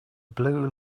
blue